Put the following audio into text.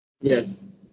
Yes